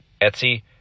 Etsy